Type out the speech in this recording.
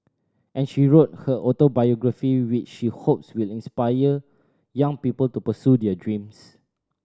and she wrote her autobiography which he hopes will inspire young people to pursue their dreams